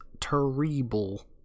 terrible